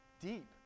deep